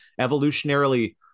Evolutionarily